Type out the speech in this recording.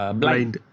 blind